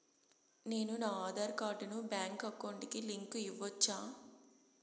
నేను నా ఆధార్ కార్డును బ్యాంకు అకౌంట్ కి లింకు ఇవ్వొచ్చా?